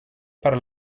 para